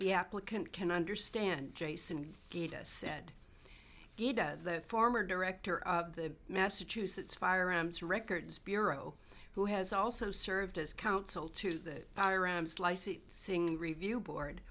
the applicant can understand jason get a said he does the former director of the massachusetts firearms records bureau who has also served as counsel to the thing review board